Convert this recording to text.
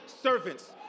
servants